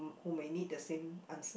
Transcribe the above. who may need the same answer